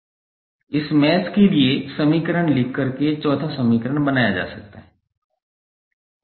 इस मैश के लिए समीकरण लिखकर चौथा समीकरण बनाया जा सकता है